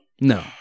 no